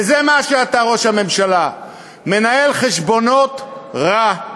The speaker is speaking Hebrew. וזה מה שאתה, ראש הממשלה, מנהל חשבונות רע.